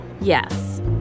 yes